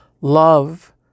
love